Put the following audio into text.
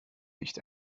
nicht